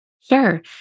Sure